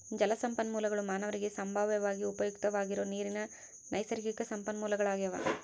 ಜಲಸಂಪನ್ಮೂಲಗುಳು ಮಾನವರಿಗೆ ಸಂಭಾವ್ಯವಾಗಿ ಉಪಯುಕ್ತವಾಗಿರೋ ನೀರಿನ ನೈಸರ್ಗಿಕ ಸಂಪನ್ಮೂಲಗಳಾಗ್ಯವ